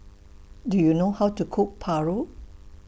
Do YOU know How to Cook Paru